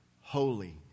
holy